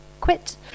quit